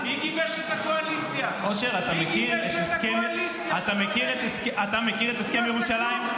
שיבחת את הקואליציה, שיבחת את החיילים.